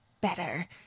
better